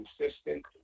consistent